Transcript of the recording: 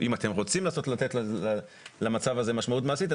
אם אתם רוצים לתת למצב הזה משמעות מעשית,